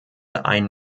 einen